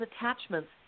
attachments